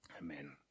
amen